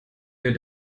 wir